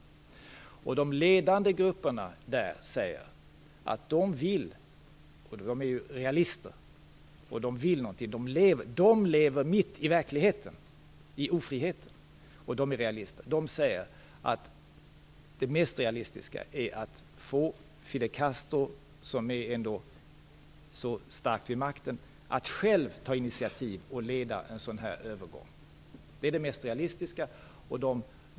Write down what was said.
De ledande grupperna vill något, de lever mitt i verkligheten, i ofriheten, och de är realister. De säger att det mest realistiska är att få Fidel Castro, som ändå är så stark vid makten, att själv ta initiativ och leda en övergång. Det är det mest realistiska.